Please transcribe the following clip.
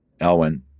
Elwin